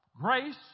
Grace